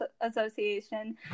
Association